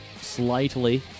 Slightly